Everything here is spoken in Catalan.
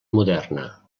moderna